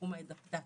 בתחום האדפטציה,